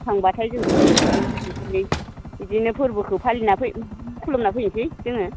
थांबाथाय जोङो रंजाला रंजालि बिदिनो फोरबोखौ फालिना फै खुलुमना फैसै जोङो